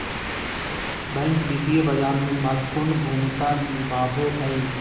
bank वित्तीय बाजार में महत्वपूर्ण भूमिका निभाबो हइ